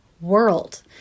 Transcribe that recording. world